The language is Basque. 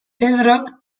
pedrok